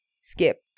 Skip